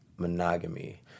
monogamy